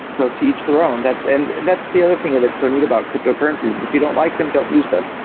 so to each their own. that's and that's the other thing and that's so neat about cryptocurrencies is if you don't like them, don't use them.